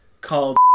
called